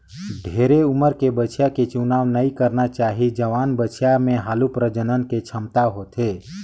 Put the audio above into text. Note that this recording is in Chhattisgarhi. ढेरे उमर के बछिया के चुनाव नइ करना चाही, जवान बछिया में हालु प्रजनन के छमता होथे